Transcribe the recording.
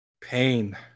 Pain